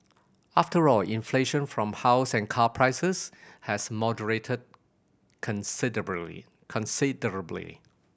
after all inflation from house and car prices has moderated considerably